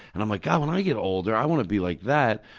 and i'm like, god, when i get older, i want to be like that,